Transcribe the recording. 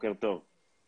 בוקר טוב, חזי.